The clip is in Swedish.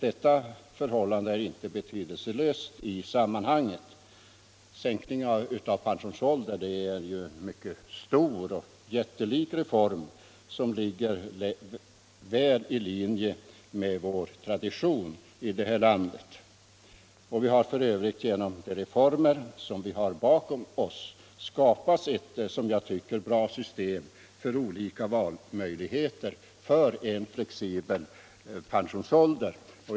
Det förhållandet är inte betydelselöst i sammanhanget. Sänkningen av pensionsåldern är en jättelik reform som ligger väl i linje med vår tradition i det här landet. Vi har för övrigt genom de reformer som vi har bakom oss skapat ett som jag tycker bra system med olika valmöjligheter för en flexibel pensionsålder.